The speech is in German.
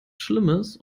schlimmes